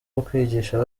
ukwigisha